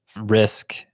risk